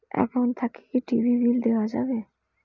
Account থাকি কি TV bill দেওয়া যাবে?